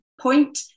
point